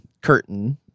curtain